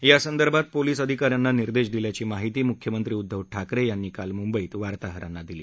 यासंदर्भात पोलिस अधिकाऱ्यांना निर्देश दिल्याची माहिती मुख्यमंत्री उद्दव ठाकरे यांनी काल मुंबईत वार्ताहरांना दिली